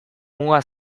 muga